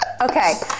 Okay